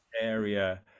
area